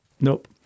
Nope